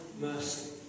mercy